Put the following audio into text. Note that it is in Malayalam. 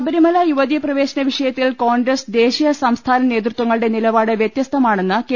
ശബരിമല യുവതീപ്രവേശന വിഷയത്തിൽ കോൺഗ്രസ് ദേശീയ സംസ്ഥാന നേതൃത്വങ്ങളുടെ നിലപാട് വൃത്യസ്തമാ ണെന്ന് കെ